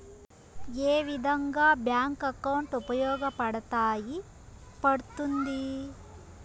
ఏ విధంగా bank account ఉపయోగపడతాయి పడ్తుంది